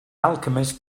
alchemist